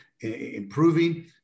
improving